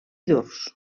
durs